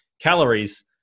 calories